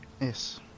Yes